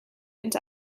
into